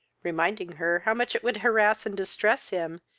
reminding her how much it would harass and distress him,